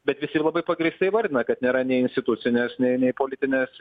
bet visi labai pagrįstai įvardina kad nėra nei institucinės nei nei politinės